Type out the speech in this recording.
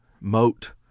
moat